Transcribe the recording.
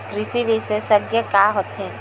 कृषि विशेषज्ञ का होथे?